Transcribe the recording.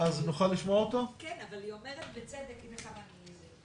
לחזור אחורה ל-2011 על דיון שהתקיים כאן בנושא הזה.